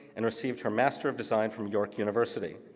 and received her master of design from york university.